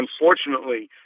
Unfortunately